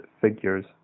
figures